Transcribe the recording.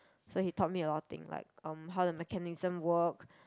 so he taught me a lot of things like um how the mechanism work